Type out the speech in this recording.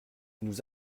nous